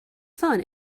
fun